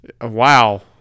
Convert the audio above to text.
wow